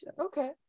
okay